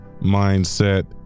mindset